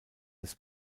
des